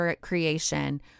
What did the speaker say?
creation